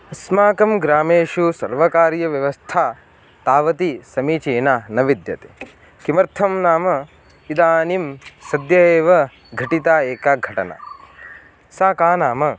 अस्माकं ग्रामेषु सर्वकारीयव्यवस्था तावती समीचीना न विद्यते किमर्थं नाम इदानिं सद्य एव घटिता एका घटना सा का नाम